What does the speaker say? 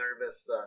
nervous